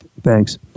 Thanks